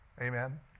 Amen